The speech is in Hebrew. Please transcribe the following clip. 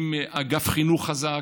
עם אגף חינוך חזק.